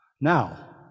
Now